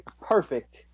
perfect